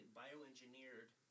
bioengineered